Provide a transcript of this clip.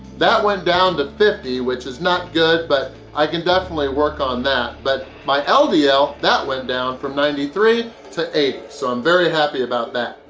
that went down to fifty which is not good, but i can definitely work on that. but, my ldl, ah that went down from ninety three to eighty, so i'm very happy about that.